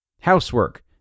Housework